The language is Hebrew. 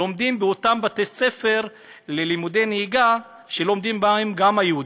לומדים באותם בתי ספר ללימודי נהיגה שלומדים בהם היהודים.